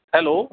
hello